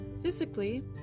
physically